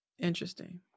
Interesting